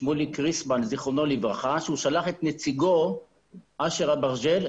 שמוליק ריפמן ז"ל שהוא שלח את נציגו אשר אברג'יל,